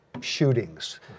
shootings